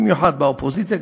במיוחד באופוזיציה,